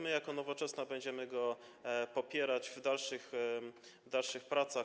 My jako Nowoczesna będziemy go popierać w dalszych pracach.